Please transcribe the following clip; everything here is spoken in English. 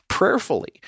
Prayerfully